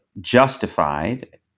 justified